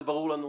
זה ברור לנו.